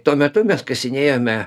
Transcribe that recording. tuo metu mes kasinėjome